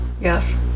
Yes